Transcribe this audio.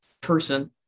person